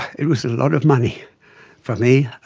it was a lot of money for me.